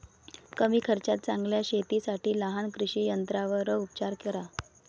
कमी खर्चात चांगल्या शेतीसाठी लहान कृषी यंत्रांवर उपचार करा